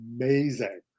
amazing